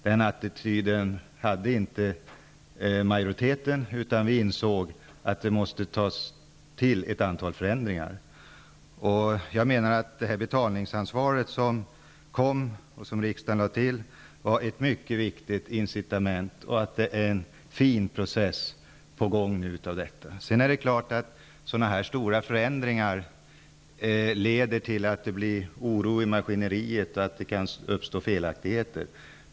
Den attityden hade inte majoriteten. Vi insåg att ett antal förändringar måste till. Betalningsansvaret som riksdagen lade till var ett mycket viktigt incitament. Det är en fin process på gång nu. Stora förändringar av detta slag leder naturligtvis till att det blir oro i maskineriet och att felaktigheter kan uppstå.